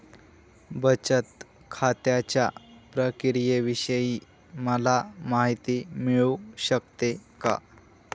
बचत खात्याच्या प्रक्रियेविषयी मला माहिती मिळू शकते का?